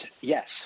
yes